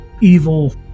evil